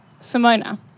Simona